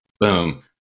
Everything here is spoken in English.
boom